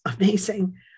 amazing